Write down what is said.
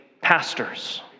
pastors